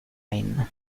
line